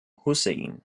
hussein